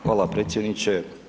Hvala predsjedniče.